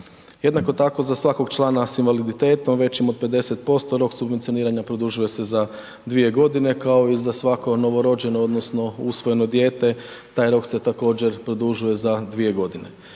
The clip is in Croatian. Jednako tako, za svakog člana s invaliditetom većim od 50%, rok subvencioniranja produžuje se za 2.g., kao i za svako novorođeno odnosno usvojeno dijete taj rok se također produžuje za 2.g. Novitet